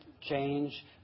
change